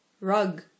Rug